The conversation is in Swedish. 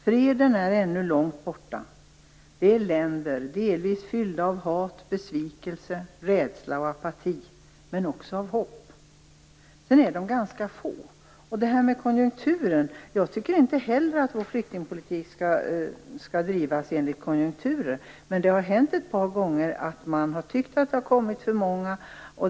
Freden är ännu långt borta. Det är länder delvis fyllda av hat, besvikelse, rädsla och apati - men också av hopp. Sedan är de ganska få. Jag tycker inte heller att vår flyktingpolitik skall drivas utifrån konjunkturer, men det har ett par gånger hänt att man tyckt att det kommit för många.